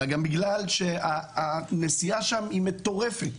אלא בגלל שהנסיעה שם היא מטורפת.